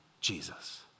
Jesus